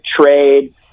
trade